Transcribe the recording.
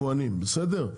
היבואנים, בסדר?